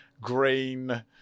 green